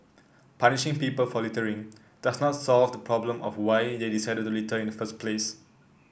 punishing people for littering does not solve the problem of why they decided to litter in the first place